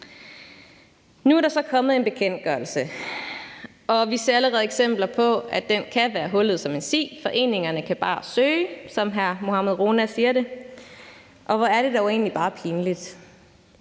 Nu er der så kommet en bekendtgørelse, og vi ser allerede eksempler på, at den kan være hullet som en si. Foreningerne kan bare søge, som hr. Mohammad Rona siger det, og hvor er det dog egentlig bare pinligt.